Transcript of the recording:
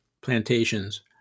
plantations